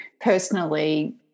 personally